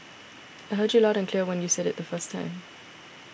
I heard you loud and clear when you said it the first time